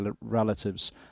relatives